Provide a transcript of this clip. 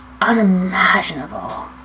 unimaginable